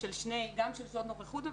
בשנים האחרונות יש מדיניות שנועדה לפתור את זה,